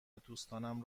دوستانم